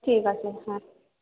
ঠিক আছে হ্যাঁ